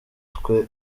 numutwe